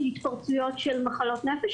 של התפרצויות של מחלות נפש,